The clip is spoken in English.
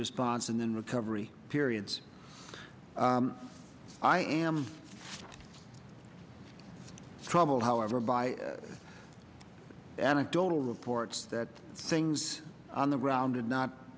responds and in recovery periods i am troubled however by anecdotal reports that things on the ground and not